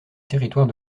territoire